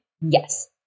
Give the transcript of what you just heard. Yes